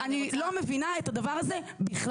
אני לא מבינה את הדבר הזה בכלל.